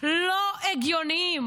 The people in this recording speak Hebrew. לא הגיוניים,